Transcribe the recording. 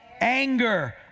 anger